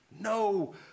no